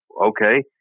okay